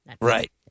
Right